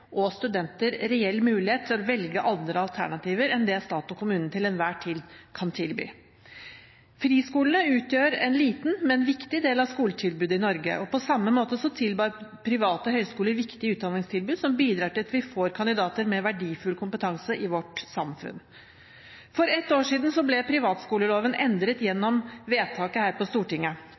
og studenter reell mulighet til å velge andre alternativer enn det stat og kommune til enhver tid kan tilby. Friskolene utgjør en liten, men viktig del av skoletilbudet i Norge. På samme måte tilbyr private høyskoler viktige utdanningstilbud som bidrar til at vi får kandidater med verdifull kompetanse i vårt samfunn. For et år siden ble friskoleloven endret gjennom vedtak her på Stortinget.